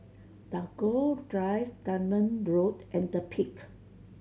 Tagore Drive Dunman Road and The Peak